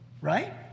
Right